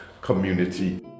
community